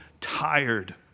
tired